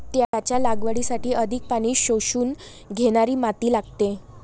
त्याच्या लागवडीसाठी अधिक पाणी शोषून घेणारी माती लागते